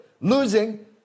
losing